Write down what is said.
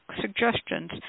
suggestions